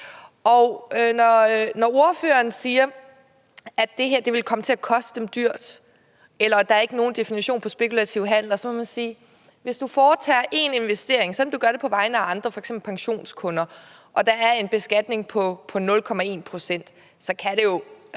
når ordføreren siger, at det her vil komme til at koste dem dyrt, og at der ikke er nogen definition på spekulative handler, så må man sige, at det, hvis du foretager en investering, selv om du gør det på vegne af andre, f.eks. pensionskunder, og der er en beskatning på 0,1 pct., jo stort